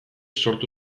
sortu